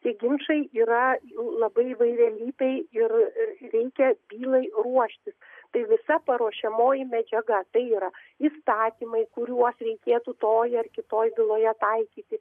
tie ginčai yra labai įvairialypiai ir reikia bylai ruoštis tai visa paruošiamoji medžiaga tai yra įstatymai kuriuos reikėtų toj ar kitoj byloje taikyti